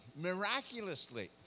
miraculously